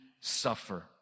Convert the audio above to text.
suffer